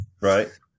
Right